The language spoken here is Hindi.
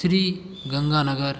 श्री गंगानगर